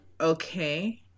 Okay